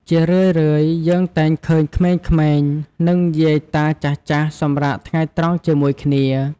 ជារឿយៗ យើងតែងឃើញ ក្មេងៗ និងយាយតាចាស់ៗសម្រាកថ្ងៃត្រង់ជាមួយគ្នា។